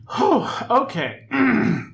Okay